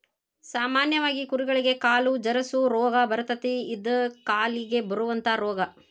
ಸಾಮಾನ್ಯವಾಗಿ ಕುರಿಗಳಿಗೆ ಕಾಲು ಜರಸು ರೋಗಾ ಬರತತಿ ಇದ ಕಾಲಿಗೆ ಬರುವಂತಾ ರೋಗಾ